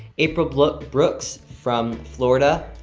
april brooks brooks from florida,